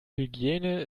hygiene